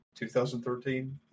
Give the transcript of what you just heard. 2013